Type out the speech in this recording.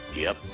yes,